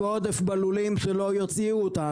ועודף עצום בשוק ועודף בלולים שלא יוציאו אותם,